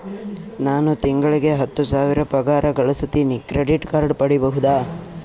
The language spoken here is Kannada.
ನಾನು ತಿಂಗಳಿಗೆ ಹತ್ತು ಸಾವಿರ ಪಗಾರ ಗಳಸತಿನಿ ಕ್ರೆಡಿಟ್ ಕಾರ್ಡ್ ಪಡಿಬಹುದಾ?